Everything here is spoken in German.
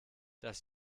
das